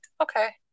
Okay